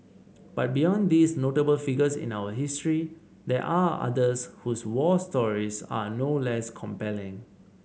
but beyond these notable figures in our history there are others whose war stories are no less compelling